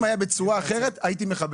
אם זה היה בצורה אחרת, הייתי מכבד.